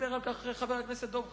דיבר על כך חבר הכנסת דב חנין,